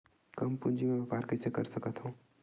कम पूंजी म व्यापार कइसे कर सकत हव?